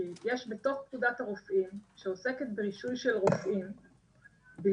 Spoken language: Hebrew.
כי יש בתוך פקודת הרופאים שעוסקת ברישוי של רופאים בלבד,